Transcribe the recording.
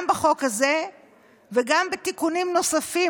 גם בחוק הזה וגם בתיקונים נוספים